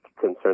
concern